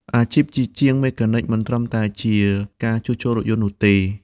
អាជីពជាជាងមេកានិកមិនត្រឹមតែជាការជួសជុលរថយន្តនោះទេ។